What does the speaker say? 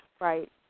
Right